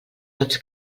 tots